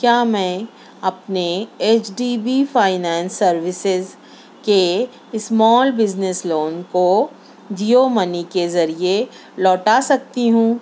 کیا میں اپنے H D B finance services کے اسمال بزنس لون کو جیو منی کے ذریعے لوٹا سکتی ہوں